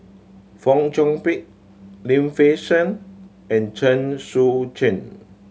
Fong Chong Pik Lim Fei Shen and Chen Sucheng